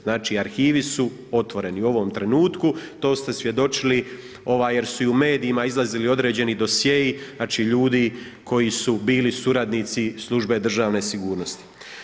Znači arhivi su otvoreni u ovom trenutku, to ste svjedočili jer su i u medijima izlazili određeni dosjei ljudi koji su bili suradnici Službe državne sigurnosti.